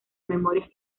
memorias